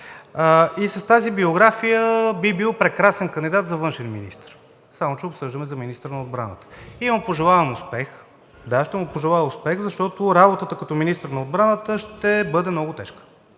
и с тази биография би бил прекрасен кандидат за външен министър, само че обсъждаме за министър на отбраната и му пожелавам успех. Да, ще му пожелая успех, защото работата му като министър на отбраната ще бъде много тежка